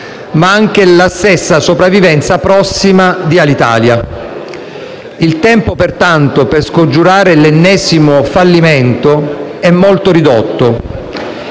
ma anche la stessa sopravvivenza prossima di Alitalia. Il tempo, pertanto, per scongiurare l'ennesimo fallimento è molto ridotto.